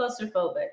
claustrophobic